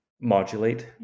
modulate